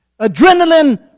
adrenaline